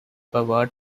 award